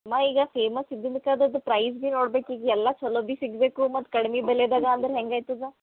ಮಾ ಈಗ ಫೇಮಸ್ ಇದ್ದಿದಕ್ಕೆ ಅದರದ್ದು ಪ್ರೈಝ್ ಬಿ ನೋಡ್ಬೇಕು ಈಗ ಎಲ್ಲ ಚಲೋ ಬಿ ಸಿಗಬೇಕು ಮತ್ತು ಕಡ್ಮಿ ಬೆಲೆದಾಗ ಅಂದ್ರ ಹೆಂಗೆ ಆಯ್ತದ